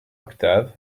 octave